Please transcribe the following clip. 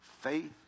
faith